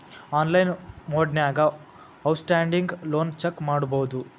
online ಮೊಡ್ನ್ಯಾಗ outstanding loan check ಮಾಡಬೋದು